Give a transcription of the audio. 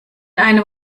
einem